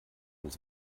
ins